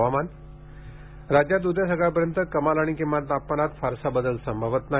हवामान राज्यात उद्या सकाळपर्यंत कमाल आणि किमान तापमानात फारसा बदल संभवत नाही